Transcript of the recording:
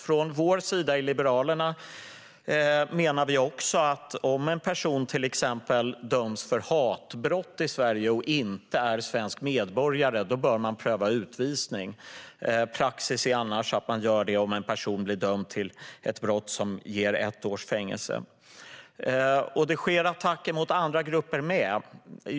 Från Liberalernas sida menar vi också att om en person till exempel döms för hatbrott i Sverige och inte är svensk medborgare bör man pröva utvisning. Praxis är annars att man gör det om en person blir dömd till ett brott som ger ett års fängelse. Det sker attacker mot andra grupper med.